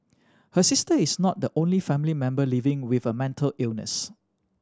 her sister is not the only family member living with a mental illness